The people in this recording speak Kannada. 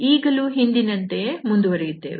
ಈಗಲೂ ಹಿಂದಿನಂತೆಯೇ ಮುಂದುವರಿಯುತ್ತೇವೆ